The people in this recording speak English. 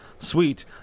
Sweet